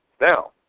Now